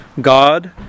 God